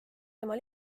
tema